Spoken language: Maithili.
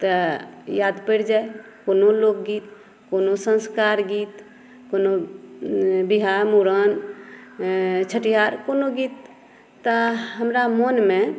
तऽ याद परि जाय कोनो लोकगीत कोनो संस्कार गीत कोनो विवाह मुरन छठिहार कोनो गीत तऽ हमरा मोनमे